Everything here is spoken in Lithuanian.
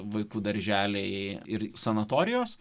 vaikų darželiai ir sanatorijos